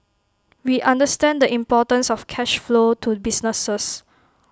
we understand the importance of cash flow to businesses